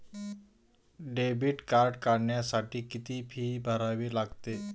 Debit card काढण्यासाठी किती fee भरावी लागते?